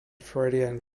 freudian